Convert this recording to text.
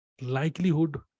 Likelihood